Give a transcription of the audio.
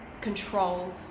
control